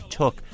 took